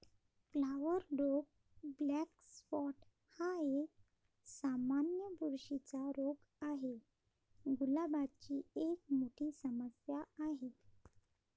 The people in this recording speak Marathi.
फ्लॉवर रोग ब्लॅक स्पॉट हा एक, सामान्य बुरशीचा रोग आहे, गुलाबाची एक मोठी समस्या आहे